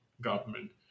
government